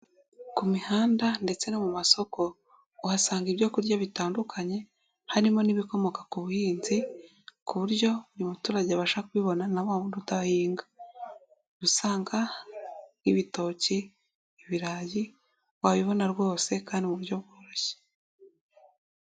Ku mihanda ndetse no mu masoko uhasanga ibyo kurya bitandukanye harimo n'ibikomoka ku buhinzi ku buryo buri muturage abasha kubibona na wa wundi udahinga, usanga ibitoki, ibirayi wabibona rwose kandi mu buryo bworoshye.